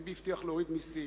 ביבי הבטיח להוריד מסים,